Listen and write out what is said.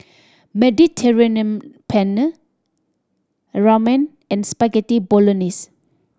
Mediterranean Penne Ramen and Spaghetti Bolognese